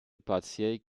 partiel